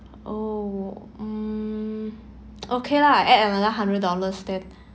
oh mm okay lah add another hundred dollars then